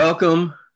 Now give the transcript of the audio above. Welcome